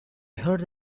heard